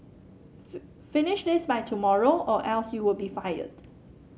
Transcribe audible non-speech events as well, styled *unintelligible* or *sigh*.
*unintelligible* finish this by tomorrow or else you will be fired